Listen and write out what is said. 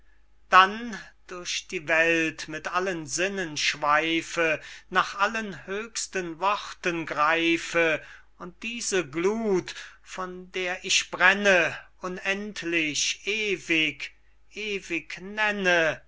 dann durch die welt mit allen sinnen schweife nach allen höchsten worten greife und diese gluth von der ich brenne unendlich ewig ewig